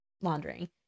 laundering